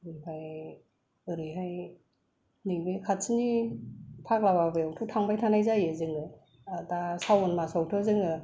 ओमफ्राय ओरैहाय नैबे खाथिनि फाग्ला बाबायावथ' थांबाय थानाय जोङो दा सावन मासावथ' जोङो